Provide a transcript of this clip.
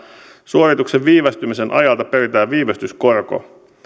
suorituksen viivästymisen ajalta peritään viivästyskorko